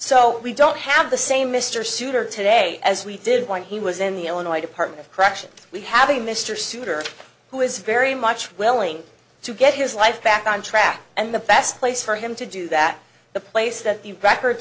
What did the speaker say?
so we don't have the same mr souter today as we did when he was in the illinois department of corrections we have a mr souter who is very much willing to get his life back on track and the best place for him to do that the place that the record